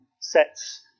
sets